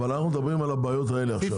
אבל אנחנו מדברים על הבעיות האלה עכשיו.